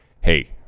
hey